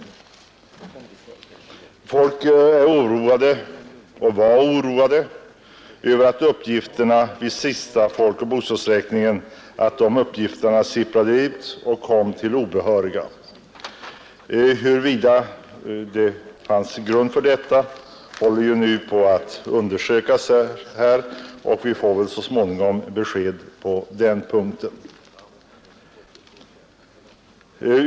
Människor var och är fortfarande oroliga för att uppgifter från den senaste folkoch bostadsräkningen kan ha sipprat ut och kommit till obehörigas kännedom. Huruvida det funnits grund för detta håller på att undersökas, och vi får väl så 3 småningom besked på den punkten.